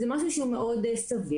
זה משהו שהוא מאוד סביר.